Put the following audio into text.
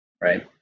right